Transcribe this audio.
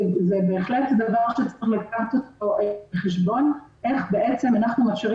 זה בהחלט דבר שצריכים לקחת אותו בחשבון ואיך אנחנו מאפשרים